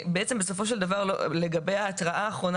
בסופו של דבר לגבי ההתראה האחרונה